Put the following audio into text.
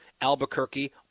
Albuquerque